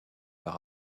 par